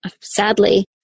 sadly